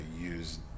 use